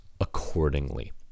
accordingly